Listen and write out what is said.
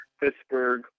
Pittsburgh